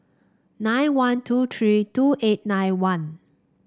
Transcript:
nine one two three two eight nine one